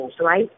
right